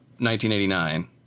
1989